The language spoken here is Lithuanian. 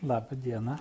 laba diena